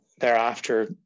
thereafter